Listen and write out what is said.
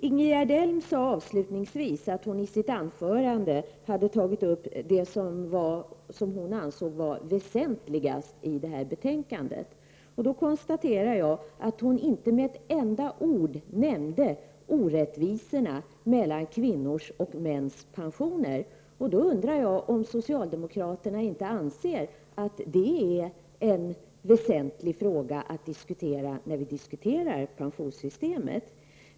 Ingegerd Elm sade i slutet av sitt anförande att hon hade tagit upp det som hon ansåg vara väsentligast i betänkandet. Men inte med ett enda ord nämnde hon orättvisorna i fråga om kvinnors och mäns pensioner. Jag undrar därför om socialdemokraterna inte anser att det är en väsentlig fråga i samband med diskussionen om pensionssystemet.